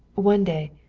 one day,